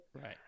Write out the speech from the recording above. Right